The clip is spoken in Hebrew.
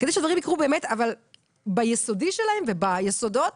ביסודי שלהם וביסודות,